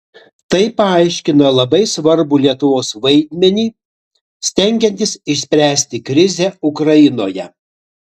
tai paaiškina labai svarbų lietuvos vaidmenį stengiantis išspręsti krizę ukrainoje